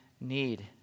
need